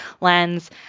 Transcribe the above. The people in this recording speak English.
lens